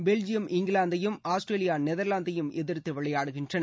Belgium இங்கிலாந்தையும் Australia நெதர்லாந்தையும் எதிர்த்து விளையாடுகின்றன